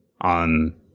on